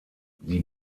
die